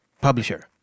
publisher